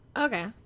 Okay